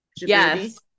Yes